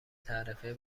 تعرفه